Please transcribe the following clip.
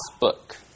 book